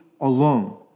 alone